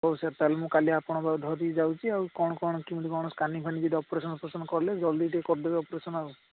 ହଉ ସାର୍ ତାହାଲେ ମୁଁ କାଲି ଆପଣଙ୍କ ପାଖକୁ ଧରି ଯାଉଛି ଆଉ କ'ଣ କ'ଣ କେମିତି କ'ଣ ସ୍କାନିଂଫାନିଂ ଯଦି ଅପରେସନ୍ ଫପରେସନ୍ କଲେ ଜଲ୍ଦି ଟିକିଏ କରିଦେବେ ଅପରେସନ୍ ଆଉ